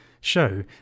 show